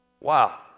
Wow